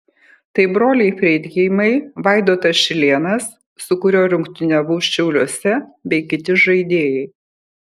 tai broliai freidgeimai vaidotas šilėnas su kuriuo rungtyniavau šiauliuose bei kiti žaidėjai